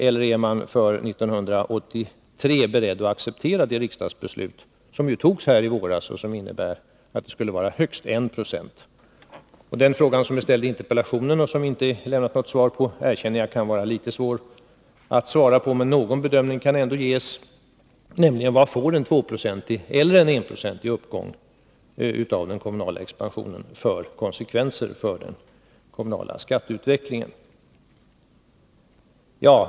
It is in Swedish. Eller är regeringen beredd att för 1983 acceptera det riksdagsbeslut som fattades här i våras och som innebär en ökning med högst 1 96? Den fråga som jag har ställt i interpellationen och som inte har besvarats erkänner jag att det kan vara litet svårt att lämna ett svar på, men någon bedömning borde kunna ges. Vad får en 2-procentig eller en 1-procentig ökning av den kommunala expansionen för konsekvenser för den kommunala skatteutvecklingen?